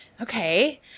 Okay